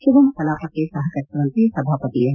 ಸುಗಮ ಕಲಾಪಕ್ಕೆ ಸಹಕರಿಸುವಂತೆ ಸಭಾಪತಿ ಎಂ